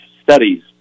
studies